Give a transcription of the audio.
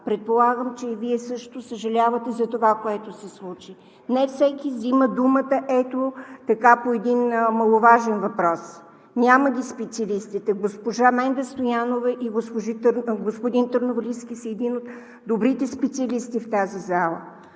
Предполагам, че и Вие също съжалявате за това, което се случи. Не всеки взима думата ето така по един маловажен въпрос, няма ги специалистите. Госпожа Менда Стоянова и господин Търновалийски са едни от добрите специалисти в тази зала.